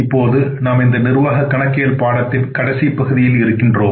இப்போது நாம் இந்த நிர்வாக கணக்கியல் பாடத்தின் கடைசிப் பகுதியில் இருக்கிறோம்